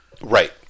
Right